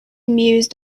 mused